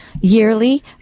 yearly